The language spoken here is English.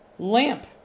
lamp